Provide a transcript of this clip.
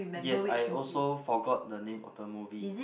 yes I also forgot the name of the movie